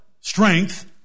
strength